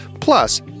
Plus